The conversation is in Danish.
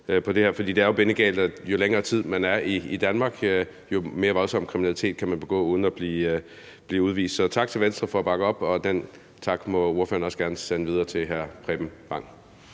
det er jo bindegalt, at jo længere tid man er i Danmark, jo mere voldsom kriminalitet kan man begå uden at blive udvist. Så tak til Venstre for at bakke op, og den tak må ordføreren også gerne sende videre til hr. Preben Bang